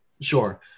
sure